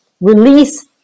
release